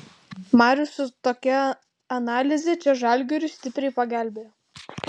marius su tokia analize čia žalgiriui stipriai pagelbėjo